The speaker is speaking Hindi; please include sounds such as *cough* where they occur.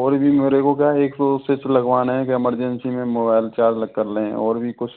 और भी मेरे को क्या एक *unintelligible* लगवाना है कि अमरजेंसी में मोबाइल चार्ज कर लें और भी कुछ